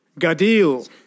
Gadil